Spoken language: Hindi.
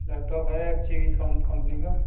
लैपटॉप है अच्छी कम्प कम्पनी का